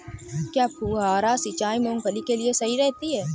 क्या फुहारा सिंचाई मूंगफली के लिए सही रहती है?